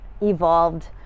evolved